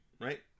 Right